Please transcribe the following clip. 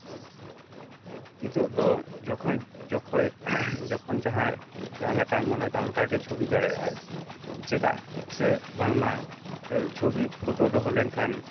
ᱱᱤᱛᱳᱜ ᱫᱚ ᱡᱚᱠᱷᱚᱱ ᱡᱚᱠᱷᱚᱡ ᱡᱚᱠᱷᱚᱱ ᱡᱟᱦᱟᱸᱭ ᱡᱟᱦᱟᱸᱞᱮᱠᱟᱭ ᱢᱚᱱᱮ ᱠᱟᱱ ᱚᱱᱠᱟᱜᱮᱭ ᱪᱷᱚᱵᱤ ᱫᱟᱲᱮᱭᱟᱜᱼᱟᱭ ᱪᱮᱫᱟᱜ ᱥᱮ ᱵᱟᱝᱢᱟ ᱪᱷᱚᱵᱤ ᱯᱷᱳᱴᱳ ᱫᱚᱦᱚ ᱞᱮᱱᱠᱷᱟᱱ